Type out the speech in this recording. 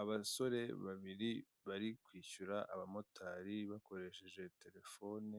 Abasore babiri bari kwishyura abamotari bakoresheje terefone